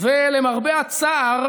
ולמרבה הצער